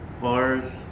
Bars